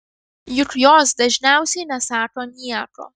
juk jos dažniausiai nesako nieko